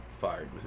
fired